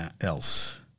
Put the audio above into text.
else